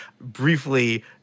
briefly